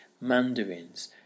mandarins